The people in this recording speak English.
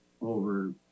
over